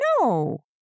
No